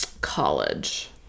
College